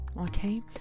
okay